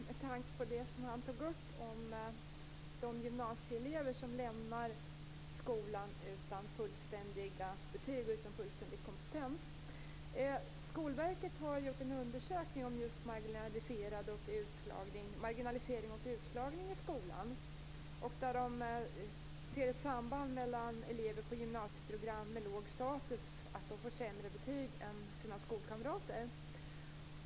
Fru talman! Anders Sjölund tog upp de gymnasieelever som lämnar skolan utan fullständiga betyg och utan fullständig kompetens. Skolverket har gjort en undersökning om marginalisering och utslagning i skolan där man ser sambandet att elever på gymnasieprogram med låg status får sämre betyg än sina skolkamrater.